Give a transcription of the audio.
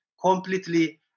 completely